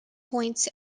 points